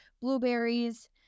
blueberries